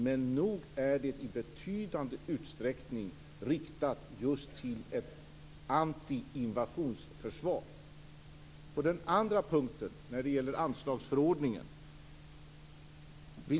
Men nog är det i betydande utsträckning riktat till ett antiinvasionsförsvar.